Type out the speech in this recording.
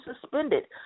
suspended